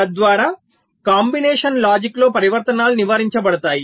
తద్వారా కాంబినేషన్ లాజిక్లో పరివర్తనాలు నివారించబడతాయి